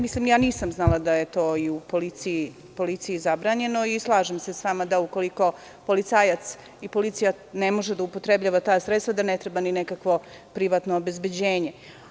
Nisam znala da je to policiji zabranjeno i slažem se sa vama da, ukoliko policajac i policija ne može da upotrebljava ta sredstva, ne treba ni nekakvo privatno obezbeđenje.